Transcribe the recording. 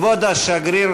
כבוד השגריר